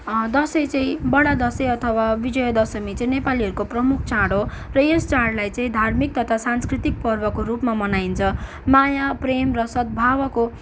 दसैँ चै बढा दसैँ अथवा विजया दशमी चाहिँ नेपालीहरूको प्रमुख चाड हो र यस चाडलाई चाहिँ धार्मिक तथा सांस्कृतिक पर्वको रूपमा मनाइन्छ माया प्रेम र सद्भावको